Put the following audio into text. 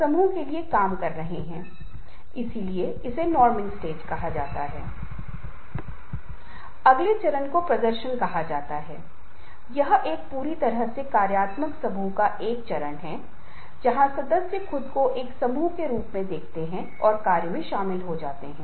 प्रशंसा से उस व्यक्ति को किसी प्रकार की शर्मिंदगी नहीं होनी चाहिए बल्कि उसे एक प्रेरक कारक के रूप में काम करना चाहिए और इसके लिए भी व्यक्ति को कुछ विशेष प्रकार की रणनीतियों को विकसित करना होगा